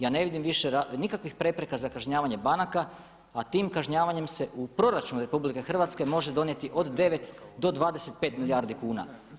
Ja ne vidim više nikakvih prepreka za kažnjavanje banaka a tim kažnjavanjem se u proračun RH može donijeti od 9 do 25 milijardi kuna.